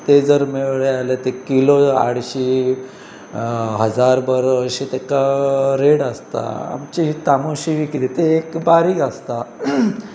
ते जर मेळ्ळें जाल्यार ते किलो आटशीं हजारभर अशी तेका रेट आसता आमची तामोशी बी कितें ते एक बारीक आसता